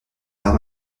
par